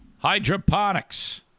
hydroponics